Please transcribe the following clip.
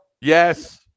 Yes